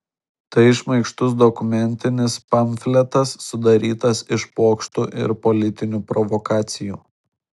tai šmaikštus dokumentinis pamfletas sudarytas iš pokštų ir politinių provokacijų